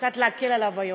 קצת להקל עליו היום.